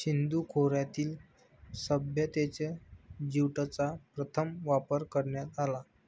सिंधू खोऱ्यातील सभ्यतेत ज्यूटचा प्रथम वापर करण्यात आला